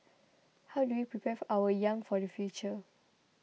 how do we prepare for our young for the future